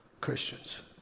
Christians